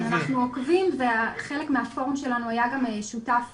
כן, אנחנו עוקבים, וחלק מהפורום שלנו היה גם שותף